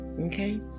Okay